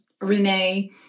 Renee